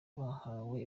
bahawe